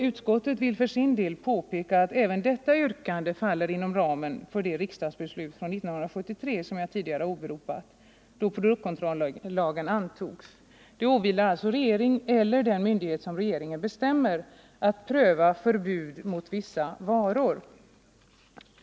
Utskottet vill påpeka att även detta yrkande faller 107 inom ramen för det riksdagsbeslut från 1973, då produktkontrollagen antogs, som jag tidigare har åberopat. Det åvilar alltså regeringen eller den myndighet som regeringen bestämmer att pröva frågor om förbud mot vissa varor.